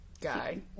guy